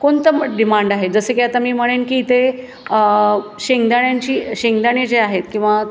कोणतं डिमांड आहे जसे की आता मी म्हणेन की इथे शेंगदाण्यांची शेंगदाणे जे आहेत किंवा